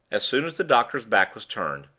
as soon as the doctor's back was turned,